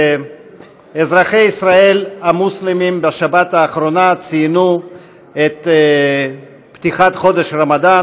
אזרחי ישראל המוסלמים ציינו בשבת האחרונה את פתיחת חודש הרמדאן,